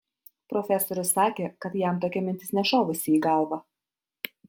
profesorius sakė kad jam tokia mintis nešovusi į galvą